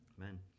Amen